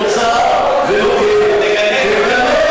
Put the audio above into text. לא צער ולא כאב.